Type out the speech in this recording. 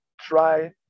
try